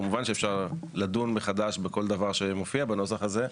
כמובן שאפשר לדון מחדש בכל דבר שמופיע בנוסח הזה,